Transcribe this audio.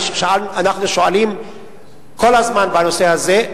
אנחנו שואלים כל הזמן בנושא הזה.